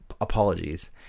apologies